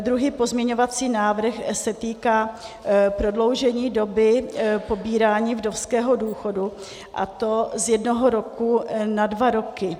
Druhý pozměňovací návrh se týká prodloužení doby pobírání vdovského důchodu, a to z jednoho roku na dva roky.